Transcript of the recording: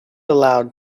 allowed